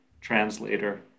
translator